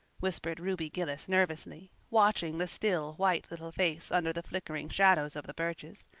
whispered ruby gillis nervously, watching the still, white little face under the flickering shadows of the birches.